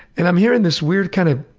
and i'm hearing this weird kind of